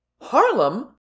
Harlem